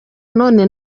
none